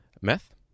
meth